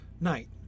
night